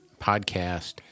podcast